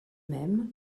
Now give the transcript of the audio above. même